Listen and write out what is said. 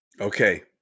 Okay